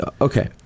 okay